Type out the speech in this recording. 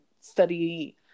study